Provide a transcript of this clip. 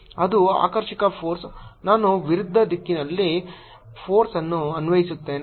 ಇದು ಆಕರ್ಷಕ ಫೋರ್ಸ್ ನಾನು ವಿರುದ್ಧ ದಿಕ್ಕಿನಲ್ಲಿ ಫೋರ್ಸ್ಅನ್ನು ಅನ್ವಯಿಸುತ್ತೇನೆ